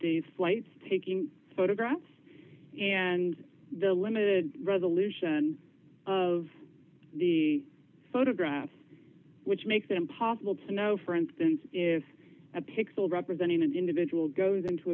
data flights taking photographs and the limited resolution of the photograph which makes it impossible to know for instance if a pixel representing an individual goes into